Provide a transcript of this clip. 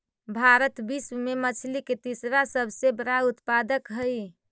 भारत विश्व में मछली के तीसरा सबसे बड़ा उत्पादक हई